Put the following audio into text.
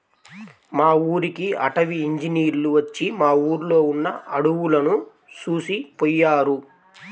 మా ఊరికి అటవీ ఇంజినీర్లు వచ్చి మా ఊర్లో ఉన్న అడువులను చూసిపొయ్యారు